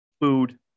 food